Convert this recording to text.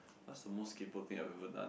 what's the most kaypoh thing I ever done